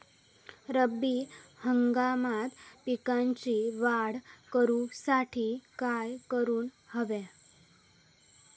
रब्बी हंगामात पिकांची वाढ करूसाठी काय करून हव्या?